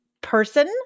person